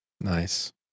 Nice